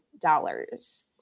dollars